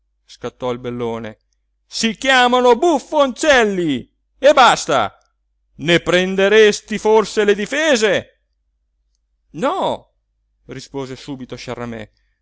scattò il bellone si chiamano buffoncelli e basta ne prenderesti forse le difese no rispose subito sciaramè no